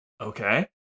Okay